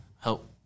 help